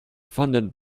funded